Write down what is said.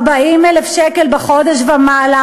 40,000 שקלים בחודש ומעלה,